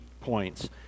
points